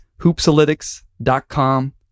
hoopsalytics.com